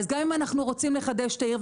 אז גם אם אנחנו רוצים לחדש את העיר,